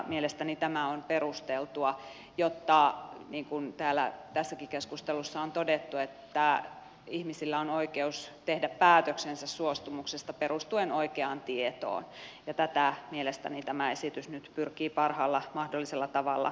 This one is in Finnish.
mielestäni tämä on perusteltua jotta niin kuin tässäkin keskustelussa on todettu ihmisillä on oikeus tehdä päätöksensä suostumuksesta perustuen oikeaan tietoon ja tätä mielestäni tämä esitys nyt pyrkii parhaalla mahdollisella tavalla tukemaan